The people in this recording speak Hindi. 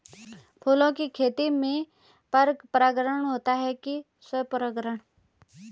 फूलों की खेती में पर परागण होता है कि स्वपरागण?